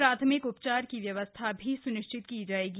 प्राथमिक उपचार की व्यवस्था भी स्निश्चित की जाएगी